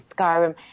Skyrim